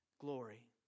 glory